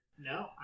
No